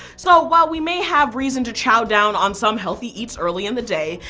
so while we may have reason to chow down on some healthy eats early in the day,